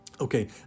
okay